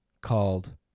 called